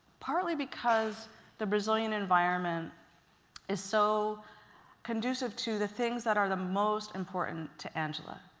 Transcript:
partly because the brazilian environment is so conducive to the things that are the most important to angela.